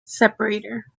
separator